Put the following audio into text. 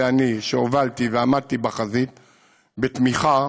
ושאני הובלתי ועמדתי בחזית בתמיכה,